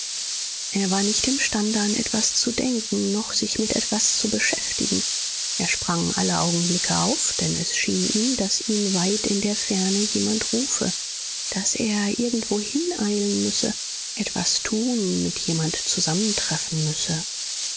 er war nicht imstande an etwas zu denken noch sich mit etwas zu beschäftigen er sprang alle augenblicke auf denn es schien ihm daß ihn weit in der ferne jemand rufe daß er irgendwohin eilen müsse etwas tun mit jemand zusammentreffen müsse